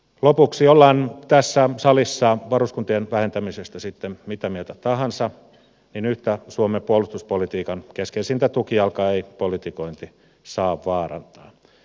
lopuksi ollaan tässä salissa varuskuntien vähentämisestä sitten mitä mieltä tahansa niin yhtä suomen puolustuspolitiikan keskeisintä tukijalkaa ei politikointi saa vaarantaa